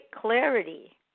clarity